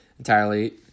entirely